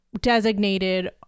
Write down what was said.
designated